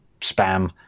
spam